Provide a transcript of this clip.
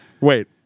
Wait